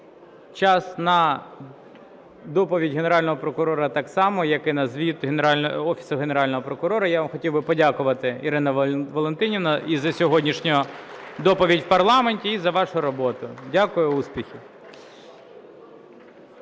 час на доповідь Генерального прокурора так само, як і на звіт Офісу Генерального прокурора. Я вам хотів би подякувати, Ірино Валентинівно, і за сьогоднішню доповідь у парламенті, і за вашу роботу. Дякую. Успіхів!